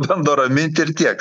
bando raminti ir tiek